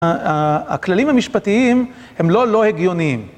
הכללים המשפטיים הם לא לא-הגיוניים.